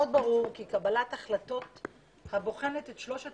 עוד ברור כי קבלת החלטות הבוחנת את שלושת